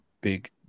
big